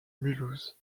mulhouse